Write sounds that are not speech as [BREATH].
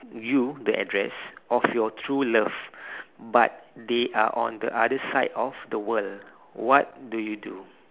you the address of your true love [BREATH] but they are on the other side of the world what do you do